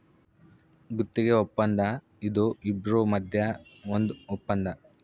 ಗುತ್ತಿಗೆ ವಪ್ಪಂದ ಇದು ಇಬ್ರು ಮದ್ಯ ಒಂದ್ ವಪ್ಪಂದ